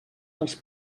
dels